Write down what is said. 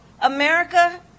America